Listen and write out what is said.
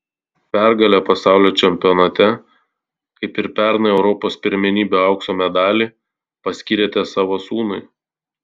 pergalę pasaulio čempionate kaip ir pernai europos pirmenybių aukso medalį paskyrėte savo sūnui